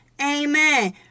Amen